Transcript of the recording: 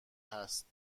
هست